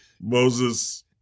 Moses